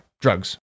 drugs